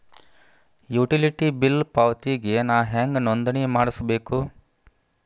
Utility bill ಪಾವತಿಗೆ ನಾ ಹೆಂಗ್ ನೋಂದಣಿ ಮಾಡ್ಸಬೇಕು?